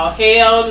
hell